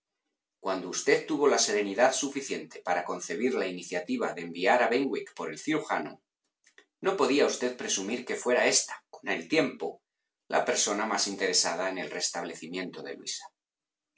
cuando usted tuvola serenidad suficiente para concebir la iniciativa de enviar a benwick por el cirujano no podía usted presumir que fuera ésta con el tiempo la persona más interesada en el restablecimiento de luisa